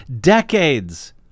decades